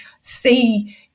see